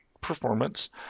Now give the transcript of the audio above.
performance